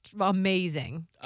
amazing